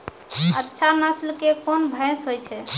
अच्छा नस्ल के कोन भैंस होय छै?